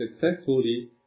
successfully